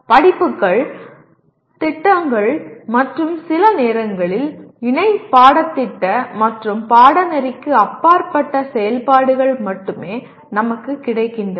படிப்புகள் திட்டங்கள் மற்றும் சில நேரங்களில் இணை பாடத்திட்ட மற்றும் பாடநெறிக்கு அப்பாற்பட்ட செயல்பாடுகள் மட்டுமே நமக்கு கிடைக்கின்றன